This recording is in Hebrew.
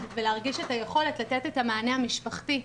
ולהרגיש את היכולת לתת את המענה המשפחתי,